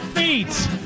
Feet